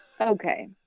okay